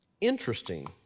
Interesting